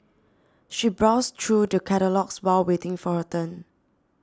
she browsed through the catalogues while waiting for her turn